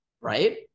Right